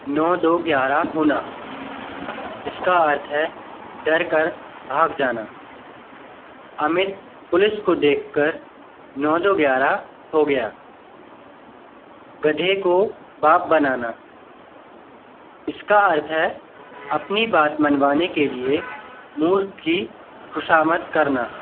नौ दो ग्यारह होना इसका अर्थ है डरकर भाग जाना अमित पुलिस को देखकर नौ दो ग्यारह हो गया गधे को बाप बनाना इसका अर्थ है अपनी बात मनवाने के लिए मूर्ख की खुशामद करना